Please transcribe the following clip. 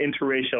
interracial